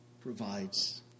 provides